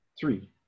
Three